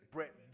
Brett